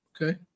Okay